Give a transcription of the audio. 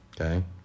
Okay